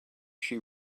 she